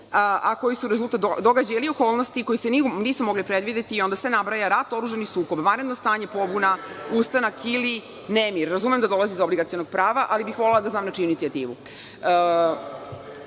a koje su rezultat događaja ili okolnosti koji se nisu mogle predvideti i onda se nabraja rat, oružani sukob, vanredno stanje, pobuna, ustanak ili nemir. Razumem da dolazi iz obligacionog prava ali bih volela da znam na čiju inicijativu. Mi